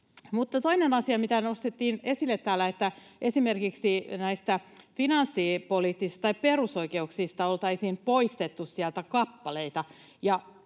Toinen asia, mikä nostettiin esille täällä, oli se, että esimerkiksi näistä perusoikeuksista oltaisiin poistettu kappaleita.